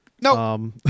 No